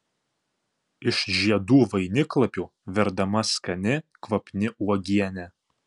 iš žiedų vainiklapių verdama skani kvapni uogienė